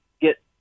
get